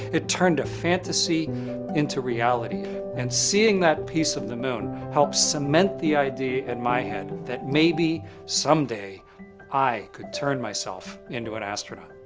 it turned a fantasy into reality, and seeing that piece of the moon helped cement the idea in my head that maybe someday i could turn myself into an astronaut.